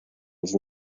was